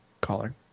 caller